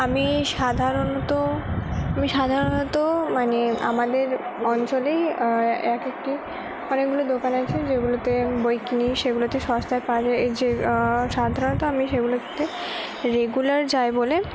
আমি সাধারণত আমি সাধারণত মানে আমাদের অঞ্চলেই এক একটি অনেকগুলো দোকান আছে যেগুলোতে বই কিনি সেগুলোতে সস্তায় পাওয়া সাধারণত সেগুলোতে আমি রেগুলার যাই বলে